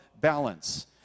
balance